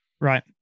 Right